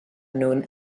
known